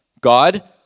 God